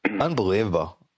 Unbelievable